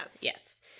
Yes